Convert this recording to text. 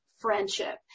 friendship